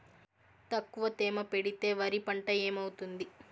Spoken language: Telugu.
తక్కువ తేమ పెడితే వరి పంట ఏమవుతుంది